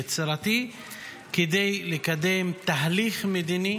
יצירתי כדי לקדם תהליך מדיני